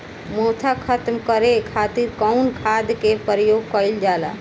मोथा खत्म करे खातीर कउन खाद के प्रयोग कइल जाला?